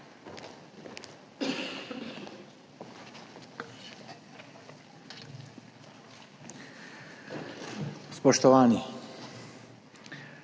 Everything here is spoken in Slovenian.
Spoštovana